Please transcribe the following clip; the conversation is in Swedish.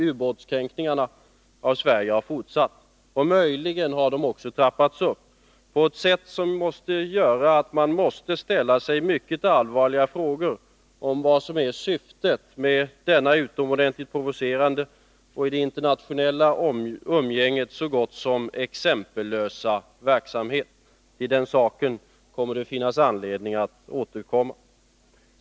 Ubåtskränkningarna av Sverige har fortsatt, och möjligen har de också trappats upp på ett sätt som gör att man måste ställa sig mycket allvarliga frågor om vad som är syftet med denna utomordentligt provocerande och i det internationella umgänget så gott som exempellösa verksamhet. Till den saken kommer det att finnas anledning att återkomma.